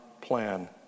plan